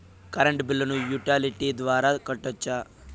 Current బిల్లును utility ద్వారా కట్టొచ్చా?